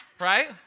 right